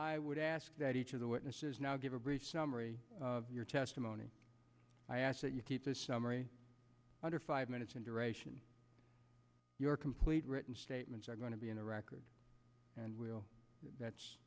i would ask that each of the witnesses now give a brief summary of your testimony i ask that you keep this summary under five minutes in duration your complete written statements are going to be in the record and will that's